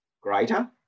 greater